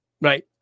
Right